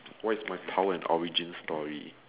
what is power and origin story